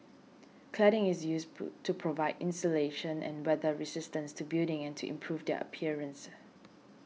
cladding is used pool to provide insulation and weather resistance to buildings and to improve their appearance